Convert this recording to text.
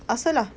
ask her lah